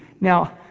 Now